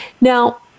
Now